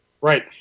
Right